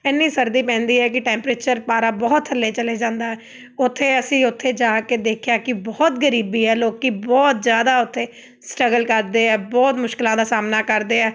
ਇੰਨੀ ਸਰਦੀ ਪੈਂਦੀ ਹੈ ਕਿ ਟੈਂਪਰੇਚਰ ਪਾਰਾ ਬਹੁਤ ਥੱਲੇ ਚਲੇ ਜਾਂਦਾ ਹੈ ਉੱਥੇ ਅਸੀਂ ਉੱਥੇ ਜਾ ਕੇ ਦੇਖਿਆ ਕਿ ਬਹੁਤ ਗਰੀਬੀ ਹੈ ਲੋਕ ਬਹੁਤ ਜ਼ਿਆਦਾ ਉੱਥੇ ਸਟਰਗਲ ਕਰਦੇ ਆ ਬਹੁਤ ਮੁਸ਼ਕਿਲਾਂ ਦਾ ਸਾਹਮਣਾ ਕਰਦੇ ਆ